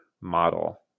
model